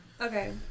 Okay